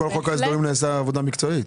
כי בכל חוק ההסדרים נעשתה עבודה מקצועית?